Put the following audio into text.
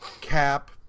Cap